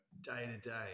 day-to-day